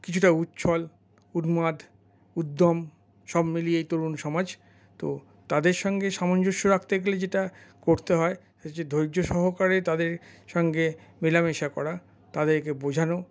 কিছুটা উচ্ছল উন্মাদ উদ্যম সব মিলিয়ে তরুণ সমাজ তো তাঁদর সঙ্গে সামঞ্জস্য রাখতে গেলে যেটা করতে হয় ধৈর্য্য সহকারে তাদের সঙ্গে মেলামেশা করা তাদেরকে বোঝানো